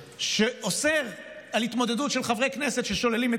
שאוסר על התמודדות של חברי כנסת ששוללים את